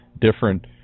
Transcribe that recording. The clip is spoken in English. different